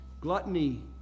Gluttony